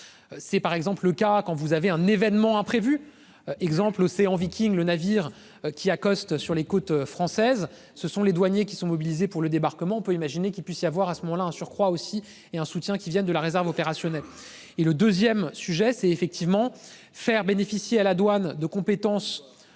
C'est par exemple le cas quand vous avez un événement imprévu exemple Océan Viking. Le navire qui accostent sur les côtes françaises. Ce sont les douaniers qui sont mobilisés pour le débarquement, on peut imaginer qu'il puisse y avoir à ce moment-là un surcroît aussi et un soutien qui viennent de la réserve opérationnelle et le 2ème sujet c'est effectivement faire bénéficier à la douane de compétences